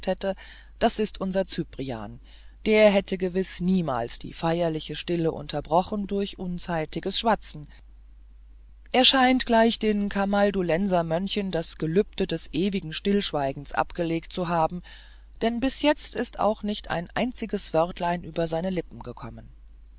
das ist unser cyprian der hätte gewiß niemals die feierliche stille unterbrochen durch unzeitiges schwatzen er scheint gleich den kamaldulenser mönchen das gelübde des ewigen stillschweigens abgelegt zu haben denn bis jetzt ist auch nicht ein einziges wörtlein über seine lippen gekommen